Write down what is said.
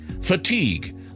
Fatigue